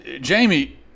Jamie